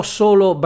solo